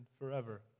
forever